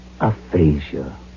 aphasia